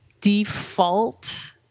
default